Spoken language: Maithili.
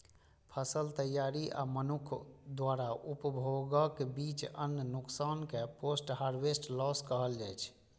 फसल तैयारी आ मनुक्ख द्वारा उपभोगक बीच अन्न नुकसान कें पोस्ट हार्वेस्ट लॉस कहल जाइ छै